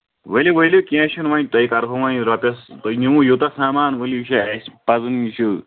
ؤلِو ؤلِو کیٚنٛہہ چھُنہٕ وۄنۍ تۄہہِ کَرہو وۄنۍ رۄپیس تُہۍ نِوٗ یوتَتھ سامان ؤلِو یہِ چھُ اَسہِ پَنُن یہِ چھ